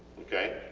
okay,